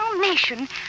nation